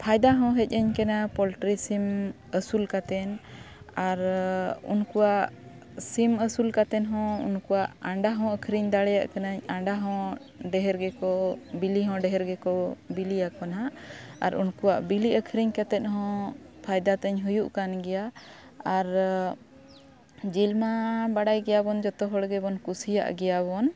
ᱯᱷᱟᱭᱫᱟ ᱦᱚᱸ ᱦᱮᱡᱽ ᱟᱹᱧ ᱠᱟᱱᱟ ᱯᱳᱞᱴᱨᱤ ᱥᱤᱢ ᱟᱹᱥᱩᱞ ᱠᱟᱛᱮᱱ ᱟᱨ ᱩᱱᱠᱩᱣᱟᱜ ᱥᱤᱢ ᱟᱹᱥᱩᱞ ᱠᱟᱛᱮᱱ ᱦᱚᱸ ᱩᱱᱠᱩᱭᱟᱜ ᱟᱱᱰᱟ ᱦᱚᱸ ᱟᱹᱠᱷᱨᱤᱧ ᱫᱟᱲᱮᱭᱟᱜ ᱠᱟᱹᱱᱟᱹᱧ ᱟᱱᱰᱟ ᱦᱚᱸ ᱰᱷᱮᱨ ᱜᱮᱠᱚ ᱵᱤᱞᱤ ᱦᱚᱸ ᱰᱷᱮᱨ ᱜᱮᱠᱚ ᱵᱤᱞᱤᱭᱟᱠᱚ ᱱᱟᱜ ᱟᱨ ᱩᱱᱠᱩᱣᱟᱜ ᱵᱤᱞᱤ ᱟᱹᱠᱷᱨᱤᱧ ᱠᱟᱛᱮᱫ ᱦᱚᱸ ᱯᱷᱟᱭᱫᱟ ᱛᱤᱧ ᱦᱩᱭᱩᱜ ᱠᱟᱱ ᱜᱮᱭᱟ ᱟᱨ ᱡᱤᱞ ᱢᱟ ᱵᱟᱲᱟᱭ ᱜᱮᱭᱟᱵᱚᱱ ᱡᱷᱚᱛᱚ ᱦᱚᱲ ᱜᱮᱵᱚᱱ ᱠᱩᱥᱤᱭᱟᱜ ᱜᱮᱭᱟ ᱵᱚᱱ